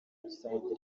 rusange